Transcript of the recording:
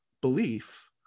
belief